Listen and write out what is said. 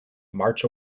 march